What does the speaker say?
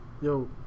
yo